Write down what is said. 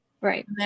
Right